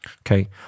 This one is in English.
Okay